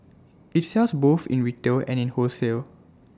IT sells both in retail and in wholesale